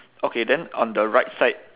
okay then on the right side